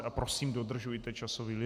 A prosím, dodržujte časový limit.